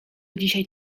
dzisiaj